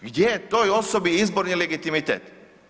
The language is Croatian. Gdje je toj osobi izborni legitimitet?